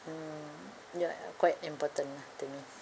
mm ya ah quite important lah to me